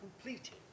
completed